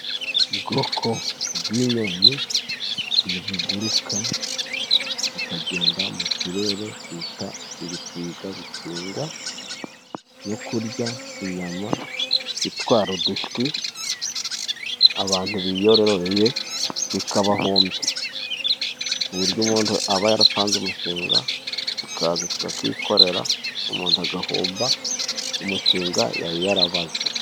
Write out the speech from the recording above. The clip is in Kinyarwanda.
Ubwoko bw'inyoni ziguruka zikagenda mu kirere bita ibisiga, bitungwa no kurya inyama zitwara udushwi abantu biyororeye bikabahombya, ku buryo umuntu aba yarapanze umushinga kikaza kikakikorera, umuntu agahomba umushinga yari yarabaze.